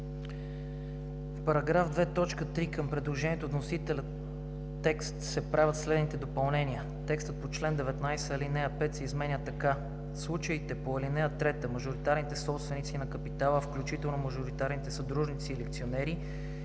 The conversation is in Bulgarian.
В § 2, т. 3, към предложения от вносителя текст се правят следните допълнения: Текстът на чл. 19, ал. 5 се изменя така: „В случаите по ал. 3 мажоритарните собственици на капитала, включително мажоритарните съдружници или акционери,